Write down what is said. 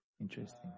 Interesting